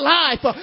life